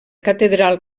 catedral